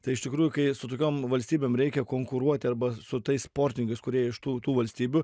tai iš tikrųjų kai su tokiom valstybėm reikia konkuruoti arba su tais sportininkais kurie iš tų tų valstybių